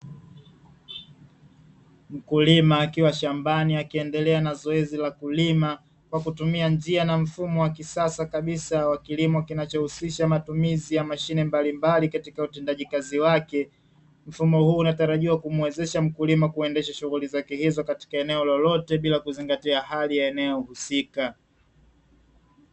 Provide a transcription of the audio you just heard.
Mkulima akiwa shambani akiendelea na zoezi la kulima kwa kutumia njia na mfumo wa kisasa kabisa wa kilimo kinachohusisha matumizi ya mashine mbalimbali katika utengaji kazi wake. Mfumo huu unatarajiwa kumuwezesha mkulima kuendeshea shughuli zake hizo katika eneo lolote bila kuzingatia hali ya eneo husika.